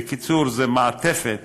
בקיצור, זו מעטפת